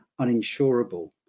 uninsurable